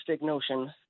notion